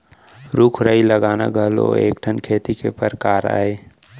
रूख राई लगाना घलौ ह एक ठन खेती के परकार अय